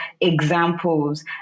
examples